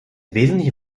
wesentliche